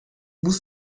vous